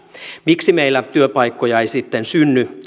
miksi meillä työpaikkoja ei sitten synny